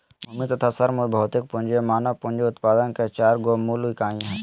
भूमि तथा श्रम भौतिक पूँजी मानव पूँजी उत्पादन के चार गो मूल इकाई हइ